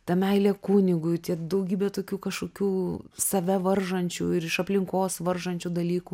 ta meilė kunigui tie daugybė tokių kažkokių save varžančių ir iš aplinkos varžančių dalykų